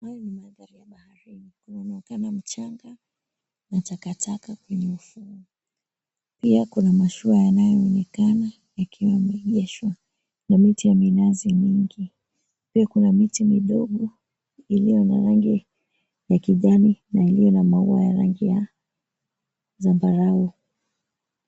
Haya ni mandhari ya baharini kunaonekana mchanga na takataka kwenye ufuo pia kuna mashua yanayoonekana yakiwa yameegeshwa kwa miti ya minazi mingi. Pia kuna miti midogo iliyo na rangi ya kijani na iliyo na maua ya rangi ya zambarau.